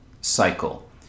cycle